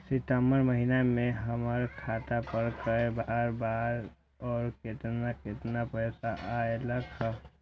सितम्बर महीना में हमर खाता पर कय बार बार और केतना केतना पैसा अयलक ह?